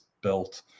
built